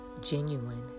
genuine